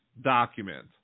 document